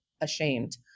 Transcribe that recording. ashamed